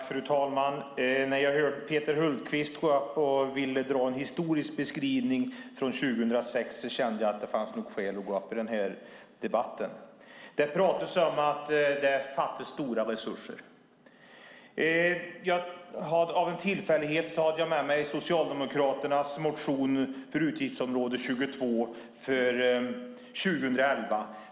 Fru talman! När jag hörde Peter Hultqvist dra en historisk beskrivning från 2006 kände jag att det nog fanns skäl att gå upp i den här debatten. Det pratas om att det fattas stora resurser. Av en tillfällighet hade jag med mig Socialdemokraternas motion för utgiftsområde 22, för 2011.